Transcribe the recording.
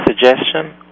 suggestion